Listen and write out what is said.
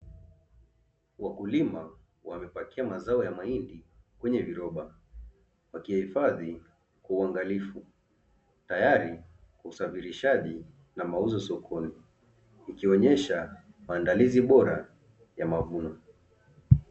Wakulima wamepakia mazao ya mahindi kwenye viroba, wakihifadhi kwa uangalifu tayari kwa usafirishaji na mauzo sokoni ikionyesha maandalizi bora ya mavuno.